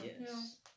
Yes